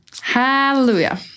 hallelujah